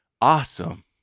awesome